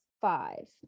five